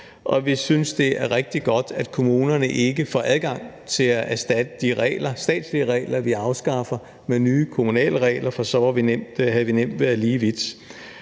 Og vi synes, det er rigtig godt, at kommunerne ikke får adgang til at erstatte de statslige regler, vi afskaffer, med nye kommunale regler, for så havde vi nemt været lige vidt.